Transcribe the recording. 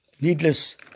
needless